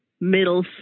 middle